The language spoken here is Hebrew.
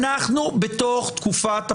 אנחנו בתוך תקופת הבחירות.